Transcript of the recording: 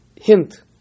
hint